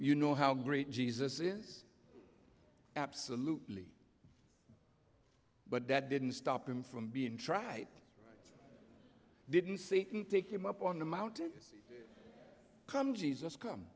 you know how great jesus is absolutely but that didn't stop him from being tried didn't see him up on the mountain come jesus come